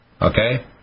Okay